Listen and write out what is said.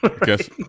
Guess